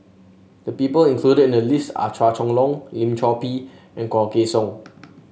the people included in the list are Chua Chong Long Lim Chor Pee and Low Kway Song